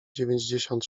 dziewięćdziesiąt